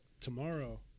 tomorrow